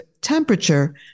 temperature